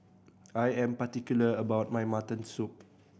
I am particular about my mutton soup